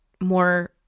more